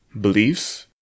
beliefs